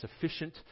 sufficient